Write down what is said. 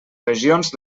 regions